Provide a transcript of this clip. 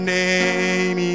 name